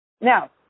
Now